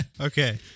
Okay